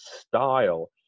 style